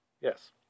Yes